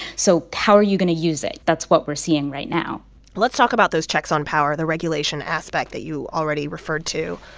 so how are you going to use it? that's what we're seeing right now let's talk about those checks on power, the regulation aspect that you already referred to.